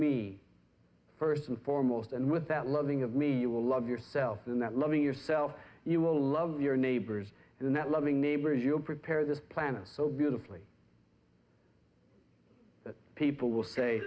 me first and foremost and with that loving of me you will love yourself and that loving yourself you will love your neighbors and that loving neighbors you will prepare this planet so beautifully that people will say